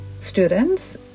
students